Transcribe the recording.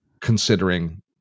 considering